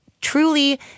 truly